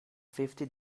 fifty